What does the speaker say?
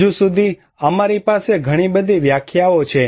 હજી સુધી અમારી પાસે ઘણી બધી વ્યાખ્યાઓ છે